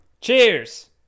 Cheers